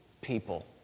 people